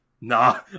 Nah